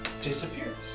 disappears